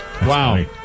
Wow